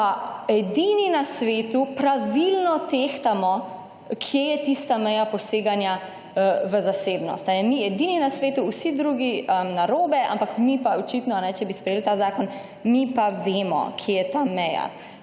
pa edini na svetu pravilno tehtamo, kje je tista meja poseganja v zasebnost. Ali mi edini na svetu, vsi drugi narobe, ampak mi pa očitno če bi sprejeli ta zakon, mi pa vemo kje je ta meja.